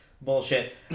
bullshit